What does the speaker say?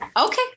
Okay